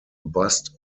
bust